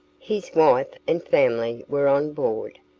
his wife and family were on board,